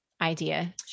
idea